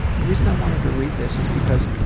the reason i wanted to read this is because